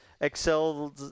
Excel